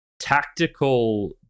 tactical